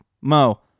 Mo